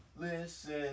Listen